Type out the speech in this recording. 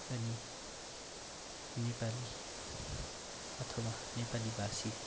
अनि नेपाली अथवा नेपालीभाषी